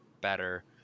better